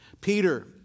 Peter